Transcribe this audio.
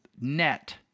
net